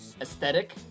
aesthetic